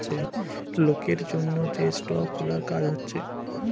লোকের জন্যে যে স্টক গুলার কাজ হচ্ছে